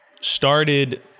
started